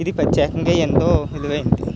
ఇది ప్రత్యేకంగా ఎంతో విలువైంది